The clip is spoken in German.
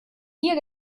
hier